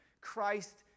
Christ